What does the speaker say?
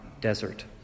desert